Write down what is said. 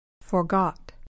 Forgot